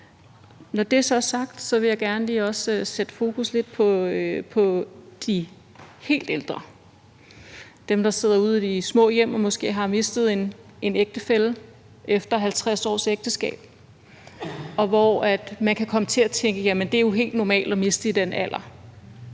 Når det så er sagt, vil jeg også gerne lige sætte fokus lidt på de helt ældre, dem, der sidder ude i de små hjem og måske har mistet en ægtefælle efter 50 års ægteskab, og hvor man kan komme til at tænke, at det jo er helt normalt at miste i den alder.